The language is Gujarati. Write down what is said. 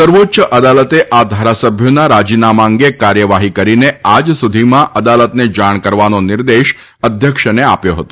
સર્વોચ્ય અદાલતે આ ધારાસભ્યોના રાજીનામા અંગે કાર્યવાહી કરીને આજ સુધીમાં અદાલતને જાણ કરવાનો નિર્દેશ અધ્યક્ષને આપ્યો હતો